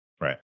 Right